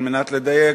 על מנת לדייק,